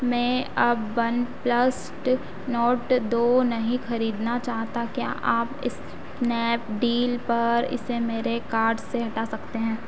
मैं अब OnePlus Nord दो नहीं ख़रीदना चाहता क्या आप स्नैपडील पर इसे मेरे कार्ट से हटा सकते हैं